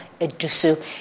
Edusu